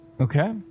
Okay